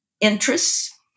interests